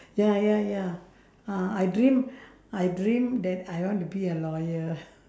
ya ya ya uh I dream I dream that I want to be a lawyer